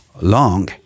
long